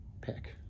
pick